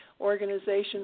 organizations